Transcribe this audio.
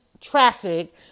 traffic